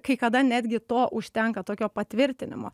kai kada netgi to užtenka tokio patvirtinimo